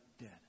dead